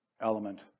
element